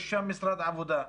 יש שם משרד עבודה.